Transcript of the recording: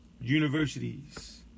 universities